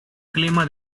clima